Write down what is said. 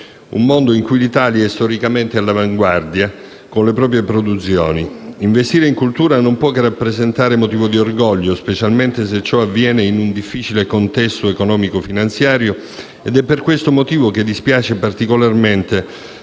un mondo in cui l'Italia è storicamente all'avanguardia con le proprie produzioni. Investire in cultura non può che rappresentare motivo di orgoglio, specialmente se ciò avviene in un difficile contesto economico-finanziario, ed è per questo motivo che dispiace particolarmente